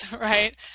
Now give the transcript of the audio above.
right